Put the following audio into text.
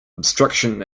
obstruction